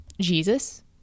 Jesus